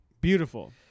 Beautiful